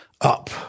up